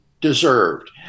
deserved